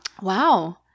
Wow